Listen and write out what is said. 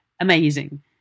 Amazing